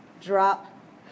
drop